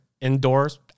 indoors